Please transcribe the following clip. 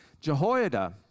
Jehoiada